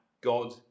God